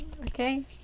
Okay